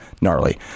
gnarly